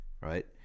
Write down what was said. right